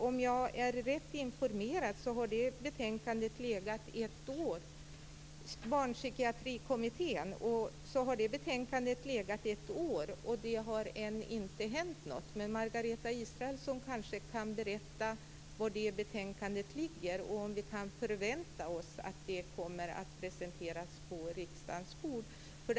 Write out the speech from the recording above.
Om jag är rätt informerad har det betänkandet legat ett år, och det har ännu inte hänt något. Men Margareta Israelsson kanske kan berätta var det betänkandet ligger och om vi kan förvänta oss att det kommer att presenteras på riksdagens bord.